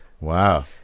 Wow